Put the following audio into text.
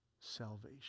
salvation